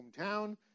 hometown